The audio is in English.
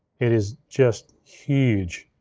it is just huge.